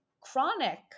Chronic